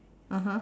(uh huh)